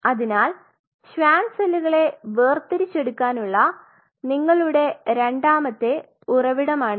അതിനാൽ ഷ്വാൻ സെല്ലുകളെ വേർതിരിചെടുക്കാനുള്ള നിങ്ങളുടെ രണ്ടാമത്തെ ഉറവിടമാണിത്